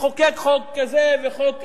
תחוקק חוק כזה וחוק אחר.